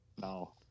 No